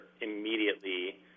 immediately